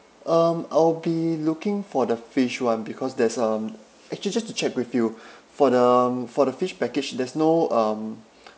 um I'll be looking for the fish one because there's um actually just to check with you for the for the fish package there's no um